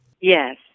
Yes